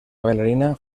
bailarina